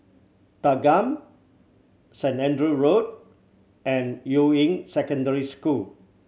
Thanggam Saint Andrew Road and Yuying Secondary School